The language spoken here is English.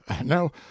no